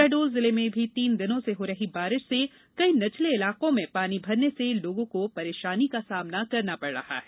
शहडोल जिले में भी तीन दिनों से हो रही बारिश से कई निचले इलाकों में पानी भरने से लोगों को परेशानी का सामना करना पड रहा है